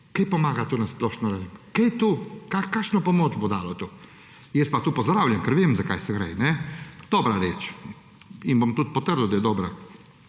Kaj pomaga to na splošno? Kakšno pomoč bo dalo to? Jaz pa to pozdravljam, ker vem, za kaj gre. Dobra reč in bom tudi potrdil, da je dobra